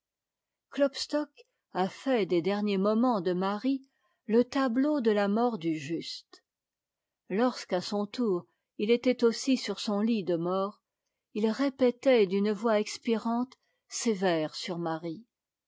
klopstock a fait des derniers moments de marie le tableau de la mort du juste lorsqu'à son tour il était aussi sur son lit de mort il répétait d'une voix expirante ses vers sur marie